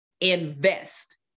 invest